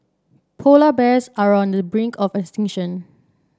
polar bears are on the brink of extinction